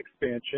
expansion